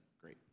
great